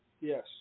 Yes